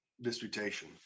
disputation